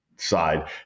side